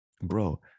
bro